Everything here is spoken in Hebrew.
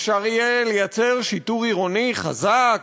אפשר יהיה לייצר שיטור עירוני חזק,